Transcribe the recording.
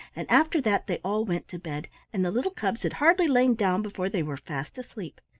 and after that they all went to bed, and the little cubs had hardly lain down before they were fast asleep.